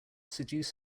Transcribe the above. seduce